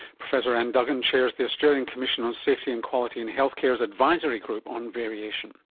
professor anne duggan chairs the australian commission on safety and quality in health care's advisory group on variation.